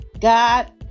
God